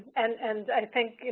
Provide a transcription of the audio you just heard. and and, i think,